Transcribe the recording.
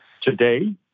today